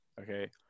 okay